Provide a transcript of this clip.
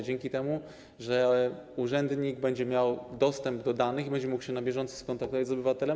Dzięki temu, że urzędnik będzie miał dostęp do danych, będzie mógł się na bieżąco skontaktować z obywatelem.